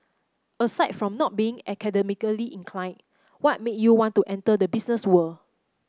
aside from not being academically inclined what made you want to enter the business world